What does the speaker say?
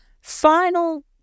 Final